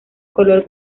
color